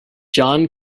john